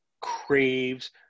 craves